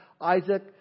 Isaac